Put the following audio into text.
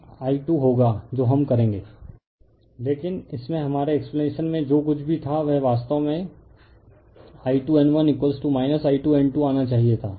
refer slide time 0948 लेकिन इसमें हमारे एक्सप्लेनेशन में जो कुछ भी था वह वास्तव में I2N1 I2N2 आना चाहिए था